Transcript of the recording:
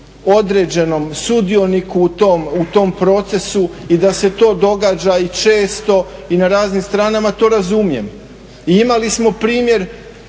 određenom sudioniku u tom procesu i da se to događa i često i na raznim stranama to razumijem. I imali smo primjer